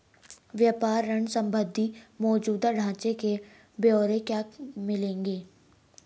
व्यापार ऋण संबंधी मौजूदा ढांचे के ब्यौरे कहाँ मिलेंगे?